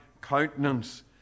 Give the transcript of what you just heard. countenance